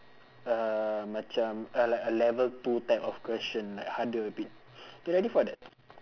uh macam a like a level two type of question like harder a bit you ready for that